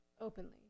openly